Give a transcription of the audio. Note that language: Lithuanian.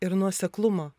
ir nuoseklumo